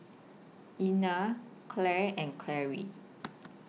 Ina Clare and Carie